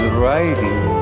writing